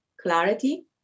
clarity